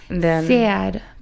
Sad